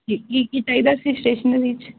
ਜੀ ਕੀ ਕੀ ਚਾਹੀਦਾ ਸੀ ਸਟੇਸ਼ਨਰੀ 'ਚ